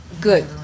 good